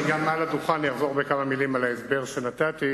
גם מעל לדוכן אחזור בכמה מלים על ההסבר שנתתי.